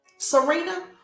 serena